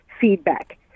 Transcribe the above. feedback